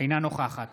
אינה נוכחת